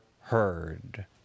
heard